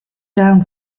down